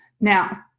Now